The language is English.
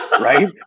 right